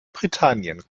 britannien